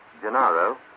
Gennaro